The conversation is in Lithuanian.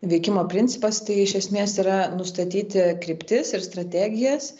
veikimo principas tai iš esmės yra nustatyti kryptis ir strategijas